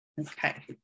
okay